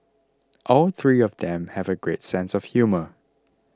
all three of them have great sense of humour